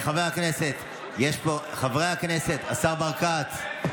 חבר הכנסת, חברי הכנסת, השר ברקת.